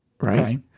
Right